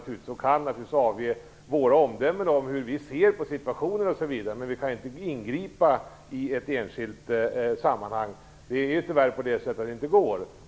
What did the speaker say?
Vi kan naturligtvis avge våra omdömen om hur vi ser på situationen, men vi kan inte ingripa i ett enskilt sammanhang. Det är tyvärr så att det inte går.